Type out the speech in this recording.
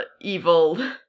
evil